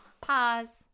Pause